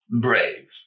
brave